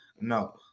No